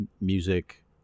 music